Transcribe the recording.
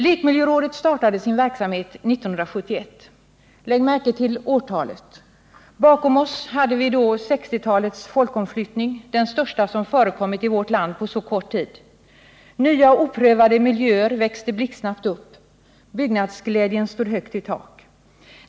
Lekmiljörådet startade sin verksamhet 1971. Lägg märke till årtalet. Bakom oss hade vi då 1960-talets folkomflyttning, den största som förekommit i vårt land på så kort tid. Nya oprövade miljöer växte blixtsnabbt upp. Byggnadsglädjen stod högt i tak.